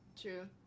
true